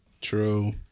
True